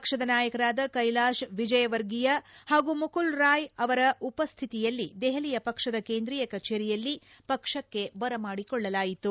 ಪಕ್ಷದ ನಾಯಕರಾದ ಕೈಲಾಶ್ ವಿಜಯವರ್ಗಿಯ ಹಾಗೂ ಮುಕುಲ್ರಾಯ್ ಅವರ ಉಪಸ್ಥಿತಿಯಲ್ಲಿ ದೆಹಲಿಯ ಪಕ್ಷದ ಕೇಂದ್ರೀಯ ಕಚೇರಿಯಲ್ಲಿ ಪಕ್ಷಕ್ಕೆ ಬರಮಾಡಿಕೊಳ್ಳಲಾಯಿತು